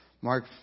mark